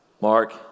Mark